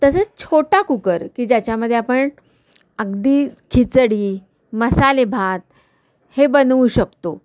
तसेच छोटा कुकर की ज्याच्यामध्ये आपण अगदी खिचडी मसाले भात हे बनवू शकतो